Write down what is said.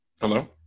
Hello